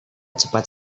cepat